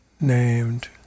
named